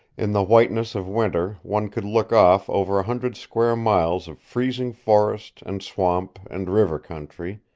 in the whiteness of winter one could look off over a hundred square miles of freezing forest and swamp and river country,